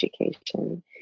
education